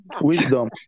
Wisdom